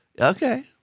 okay